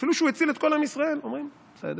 אפילו שהוא הציל את כל עם ישראל, אומרים: בסדר,